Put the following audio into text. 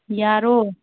ꯌꯥꯔꯣ